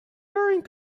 during